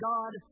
God